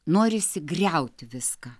norisi griauti viską